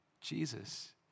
Jesus